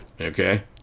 Okay